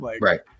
Right